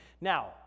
Now